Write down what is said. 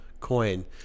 coin